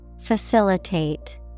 Facilitate